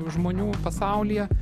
žmonių pasaulyje